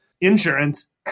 insurance